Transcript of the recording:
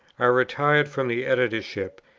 i retired from the editorship,